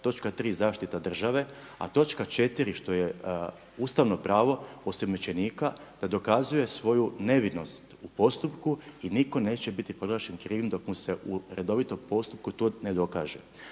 točka 3. zaštita države, a točka 4. što je ustavno pravo osumnjičenika da dokazuje svoju nevinost u postupku i nitko neće biti proglašen krivim dok mu se u redovitom postupku to ne dokaže.